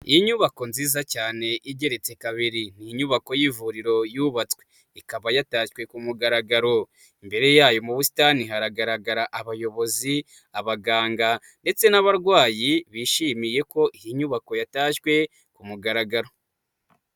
Inyubako nziza cyane igeretse kabiri, ni nyubako y'ivuriro yubatswe, ikaba yatashywe ku mugaragaro, imbere yayo mu busitani haragaragara abayobozi, abaganga ndetse n'abarwayi, bishimiye ko iyi nyubako yatashywe ku mugaragaro.